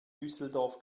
düsseldorf